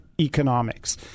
economics